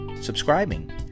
subscribing